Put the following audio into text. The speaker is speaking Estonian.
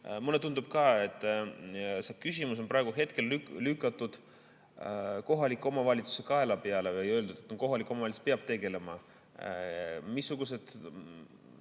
mulle tundub ka, et see küsimus on praegu lükatud kohaliku omavalitsuse kaela peale ja öeldud, et kohalik omavalitsus peab tegelema. Missugune